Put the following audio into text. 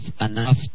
enough